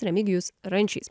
remigijus rančys